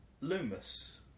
Loomis